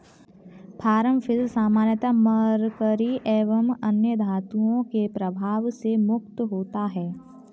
farm fish सामान्यतः mercury एवं अन्य धातुओं के प्रभाव से मुक्त होता है